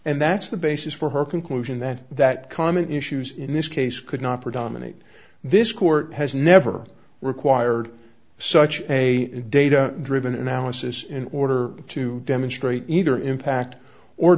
and that's the basis for her conclusion that that common issues in this case could not predominantly this court has never required such a data driven analysis in order to demonstrate either impact or